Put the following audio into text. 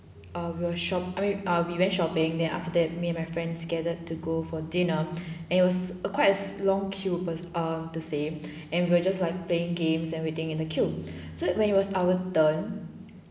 ah we will shop I mean ah we went shopping then after that me and my friends gathered to go for dinner and it was a quite a long queue but ah to say and we were just like playing games and waiting in the queue so when it was our turn